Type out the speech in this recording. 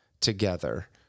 together